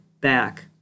back